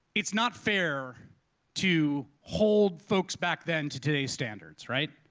it's not fair to hold folks back then to today's standards. right?